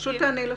פשוט עני לשאלה.